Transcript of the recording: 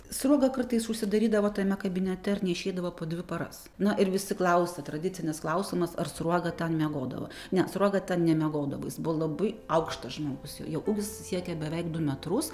sruoga kartais užsidarydavo tame kabinete ir neišeidavo po dvi paras na ir visi klausia tradicinis klausimas ar sruoga ten miegodavo ne sruoga ten nemiegodavo jis buvo labai aukštas žmogus jo ūgis siekė beveik du metrus